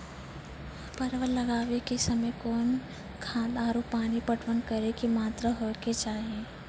परवल लगाबै के समय कौन खाद आरु पानी पटवन करै के कि मात्रा होय केचाही?